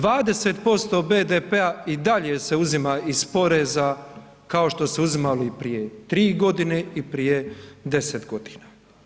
20% BDP-a i dalje se uzima iz poreza kao što se uzimalo i prije 3 godine i prije 10 godina.